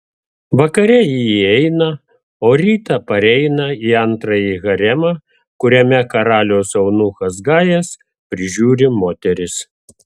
vakare ji įeina o rytą pareina į antrąjį haremą kuriame karaliaus eunuchas gajas prižiūri moteris